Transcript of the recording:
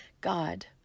God